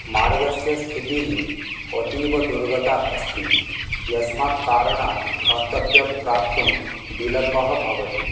मार्गस्य स्थितिः अतीव दुर्गता अस्ति यस्मात् कारणात् गन्तव्यं प्राप्तुं विलम्बः भवति